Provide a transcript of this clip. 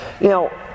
Now